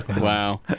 Wow